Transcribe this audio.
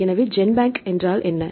எனவே ஜென்பேங்க் என்றால் என்ன